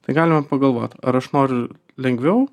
tai galima pagalvot ar aš noriu lengviau